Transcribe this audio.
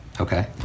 okay